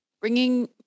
bringing